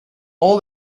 all